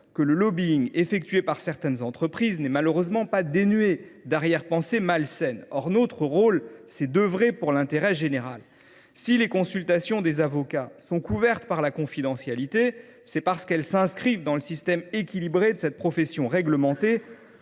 que le mené en la matière par certaines entreprises n’est malheureusement pas dénué d’arrière pensées malsaines. Or notre rôle est d’œuvrer pour l’intérêt général. Si les consultations des avocats sont couvertes par la confidentialité, c’est parce qu’elles s’inscrivent dans le système équilibré qui régit l’exercice de cette profession réglementée,